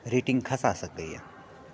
rating खसा सकैए